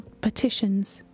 petitions